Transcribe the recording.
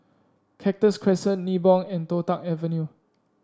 Cactus Crescent Nibong and Toh Tuck Avenue